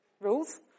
rules